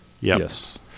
Yes